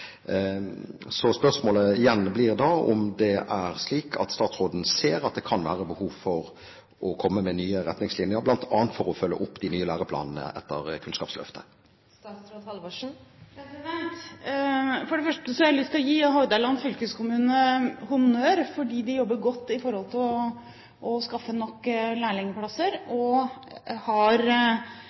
Så spørsmålet blir igjen om det er slik at statsråden ser at det kan være behov for å komme med nye retningslinjer, bl.a. for å følge opp de nye læreplanene etter Kunnskapsløftet. For det første har jeg lyst til å gi Hordaland fylkeskommune honnør fordi de jobber godt for å skaffe nok lærlingplasser, og de har